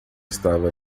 estava